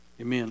amen